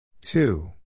Two